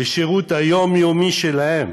לשירות היומיומי שלהם,